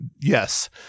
yes